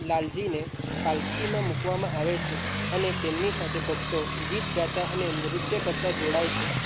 લાલજીને પાલખીમાં મૂકવામાં આવે છે અને તેમની સાથે ભક્તો ગીત ગાતા અને નૃત્ય કરતા જોડાય છે